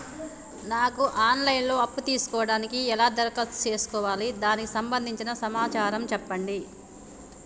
నాకు online లో అప్పు తీసుకోవడానికి ఎలా దరఖాస్తు చేసుకోవాలి దానికి సంబంధించిన సమాచారం చెప్పండి?